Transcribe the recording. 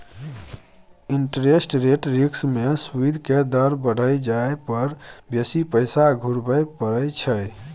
interest rate risk में सूइद के दर बइढ़ जाइ पर बेशी पैसा घुरबइ पड़इ छइ